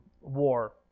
war